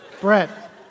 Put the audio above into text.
Brett